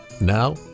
Now